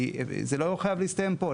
כי זה לא חייב להסתיים פה.